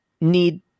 need